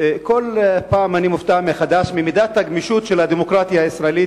כל פעם אני מופתע מחדש ממידת הגמישות של הדמוקרטיה הישראלית,